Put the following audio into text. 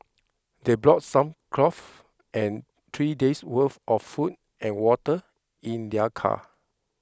they brought some clothes and three days' worth of food and water in their car